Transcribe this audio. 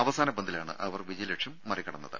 അവസാന പന്തിലാണ് അവർ വിജയലക്ഷ്യം മറികടന്നത്